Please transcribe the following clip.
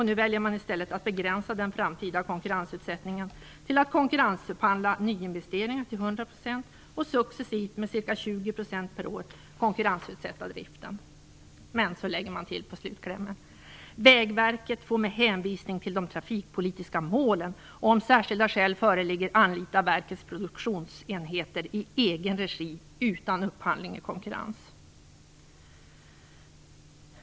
Nu väljer man i stället att begränsa den framtida konkurrensutsättningen till att konkurrensupphandla nyinvesteringarna till 100 % och successivt med ca 20 % per år konkurrensutsätta driften. Men så lägger man till på slutklämmen "Vägverket får med hänvisning till de trafikpolitiska målen, och om särskilda skäl föreligger, anlita verkets produktionsenheter i egen regi utan upphandling i konkurrens."